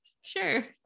Sure